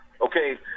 Okay